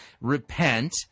repent